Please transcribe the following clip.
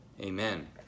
Amen